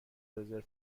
رزرو